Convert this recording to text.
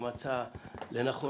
שמצא לנכון